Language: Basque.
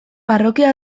parrokia